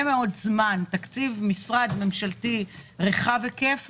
מאוד זמן תקציב משרד ממשלתי רחב היקף,